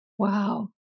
Wow